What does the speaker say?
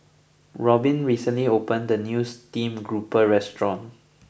Robbin recently opened the new Stream Grouper restaurant